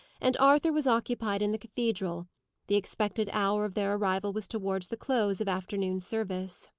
and arthur was occupied in the cathedral the expected hour of their arrival was towards the close of afternoon service.